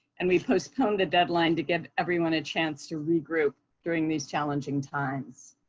and we postponed the deadline to give everyone a chance to regroup during these challenging times.